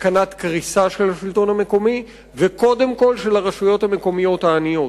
סכנת קריסה של השלטון המקומי וקודם כול של הרשויות המקומיות העניות.